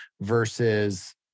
versus